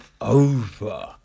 over